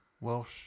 Welsh